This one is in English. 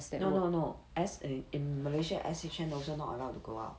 no no no as in in malaysia S_H_N also not allowed to go out